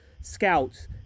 scouts